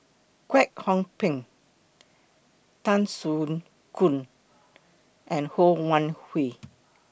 Kwek Hong Png Tan Soo Khoon and Ho Wan Hui